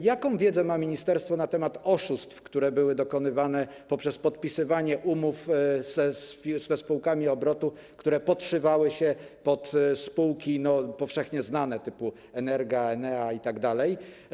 Jaką wiedzę ma ministerstwo na temat oszustw, które były dokonywane poprzez podpisywanie umów ze spółkami obrotu, które podszywały się pod spółki powszechnie znane, typu Energa, Enea itd.